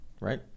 right